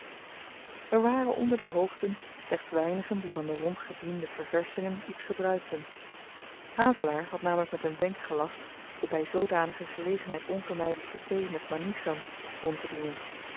er waren onder de hoofden slechts weinigen die van de rondgediende ververschingen iets gebruikten havelaar had namelyk met een wenk gelast de by zoodanige gelegenheid onvermydelyke thee met maniessan rondtedienen